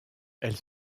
elles